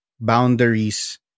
boundaries